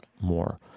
more